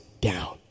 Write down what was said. down